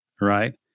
right